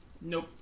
Nope